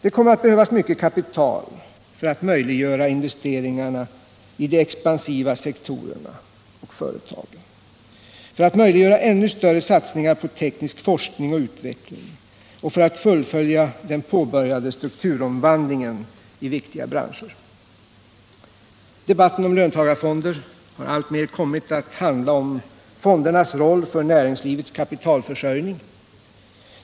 Det kommer att behövas mycket kapital för att möjliggöra investeringarna i de expansiva sektorerna och företagen, för att möjliggöra ännu större satsningar på teknisk forskning och utveckling och för att fullfölja den påbörjade strukturomvandlingen i viktiga branscher. Debatten om löntagarfonder har alltmer kommit att handla om fondernas roll för näringslivets kapitalförsörjning.